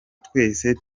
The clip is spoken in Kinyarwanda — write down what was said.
twese